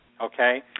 Okay